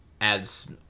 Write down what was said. adds